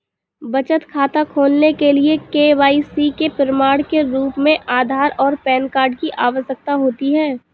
बचत खाता खोलने के लिए के.वाई.सी के प्रमाण के रूप में आधार और पैन कार्ड की आवश्यकता होती है